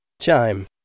Chime